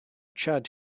chad